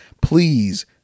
please